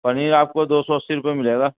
پنیر آپ کو دو سو اسی روپے ملے گا